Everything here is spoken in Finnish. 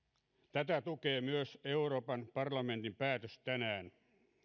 tätä tukee myös euroopan parlamentin päätös tänään